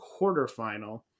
quarterfinal